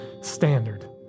standard